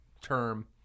term